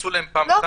עשו להן פעם סנקציות?